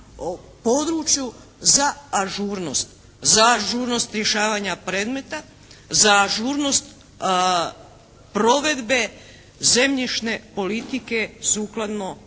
području za ažurnost, za ažurnost rješavanja predmeta, za ažurnost provedbe zemljišne politike sukladno